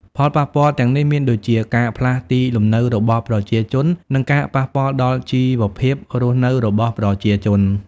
ផលប៉ះពាល់ទាំងនេះមានដូចជា ការផ្លាស់ទីលំនៅរបស់ប្រជាជន និងការប៉ះពាល់ដល់ជីវភាពរស់នៅរបស់ប្រជាជន។